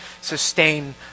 sustain